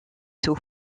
taux